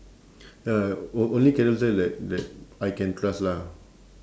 ya on~ only carousell that that I can trust lah